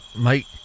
mate